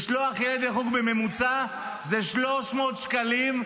לשלוח ילד לחוג, בממוצע זה 300 שקלים,